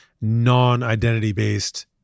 non-identity-based